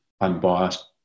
unbiased